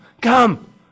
Come